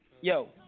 Yo